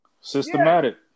Systematic